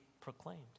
proclaimed